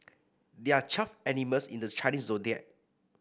there are twelve animals in the Chinese Zodiac